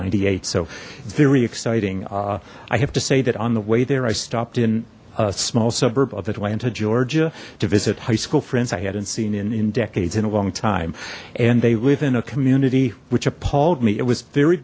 ninety eight so very exciting i have to say that on the way there i stopped in a small suburb of atlanta georgia to visit high school friends i hadn't seen in in decades in a long time and they live in a community which appalled me it was very